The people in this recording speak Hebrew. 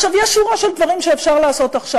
יש שורה של דברים שאפשר לעשות עכשיו.